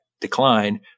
decline